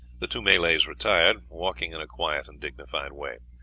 the two malays retired, walking in a quiet and dignified way.